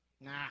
Nah